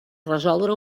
resoldre